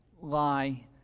lie